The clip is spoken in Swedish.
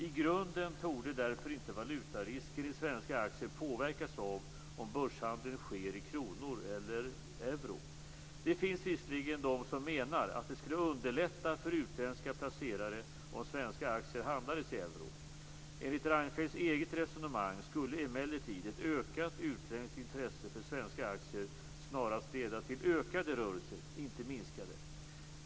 I grunden torde därför inte valutarisken i svenska aktier påverkas av om börshandeln sker i kronor eller euro. Det finns visserligen de som menar att det skulle underlätta för utländska placerare om svenska aktier handlades i euro. Enligt Reinfeldts eget resonemang skulle emellertid ett ökat utländskt intresse för svenska aktier snarast leda till ökade rörelser, inte minskade.